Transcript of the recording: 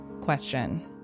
question